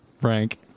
frank